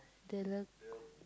the lagoon